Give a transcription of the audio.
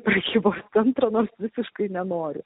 prekybos centrą nors visiškai nenoriu